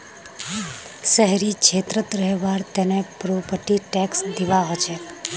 शहरी क्षेत्रत रहबार तने प्रॉपर्टी टैक्स दिबा हछेक